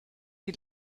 die